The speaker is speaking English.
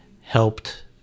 helped